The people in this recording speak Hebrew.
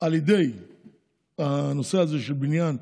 על ידי הנושא הזה של בניין,